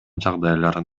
жагдайларын